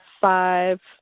five